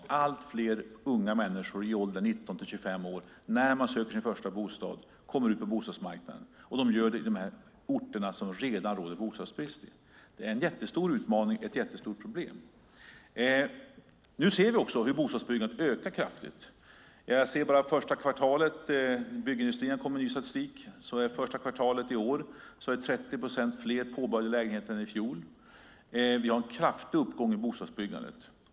Allt fler unga människor i åldern 19-25 år söker sin första bostad och kommer ut på bostadsmarknaden på orter där det redan råder bostadsbrist. Det är en jättestor utmaning och ett jättestort problem. Nu ser vi hur bostadsbyggandet ökar kraftigt. Byggindustrin har kommit med ny statistik. Under första kvartalet i år är det 30 procent fler påbörjade lägenheter än det var i fjol. Vi har en kraftig uppgång i bostadsbyggandet.